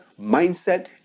mindset